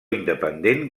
independent